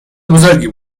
بزرگی